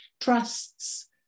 trusts